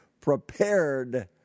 prepared